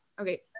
Okay